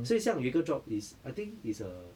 所以好像有一个 job it's I think it's a